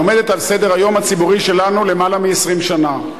היא עומדת על סדר-היום הציבורי שלנו יותר מ-20 שנה.